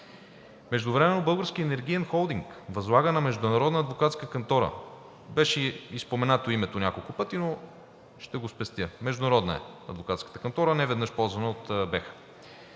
Междувременно Българският енергиен холдинг възлага на международна адвокатска кантора – беше ѝ споменато името няколко пъти, но ще го спестя – международна е адвокатската кантора, неведнъж ползвана от БЕХ.